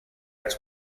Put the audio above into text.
where